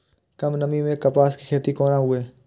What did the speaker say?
कम नमी मैं कपास के खेती कोना हुऐ?